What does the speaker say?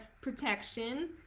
protection